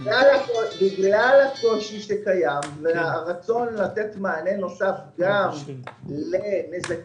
בגלל הקושי שקיים והרצון לתת מענה נוסף גם לנזקים